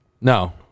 No